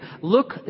Look